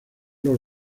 los